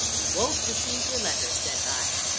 he won't receive your letter said i.